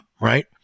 right